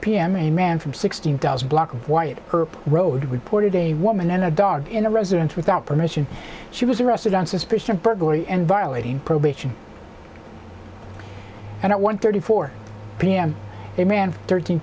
m a man from sixteen thousand block of wyatt earp road reported a woman and a dog in a residence without permission she was arrested on suspicion of burglary and violating probation and at one thirty four p m a man of thirteen